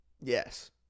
Yes